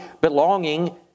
belonging